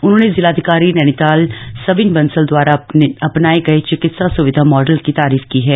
उन्होंने जिलाधिकारी नैनीताल सविन बंसल द्वारा अपनाएं गये चिकित्सा सुविधा मॉडल की तारीफ की है